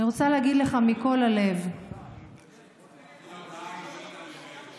אני רוצה להגיד לך מכל הלב מאיר פרוש (יהדות התורה):